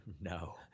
No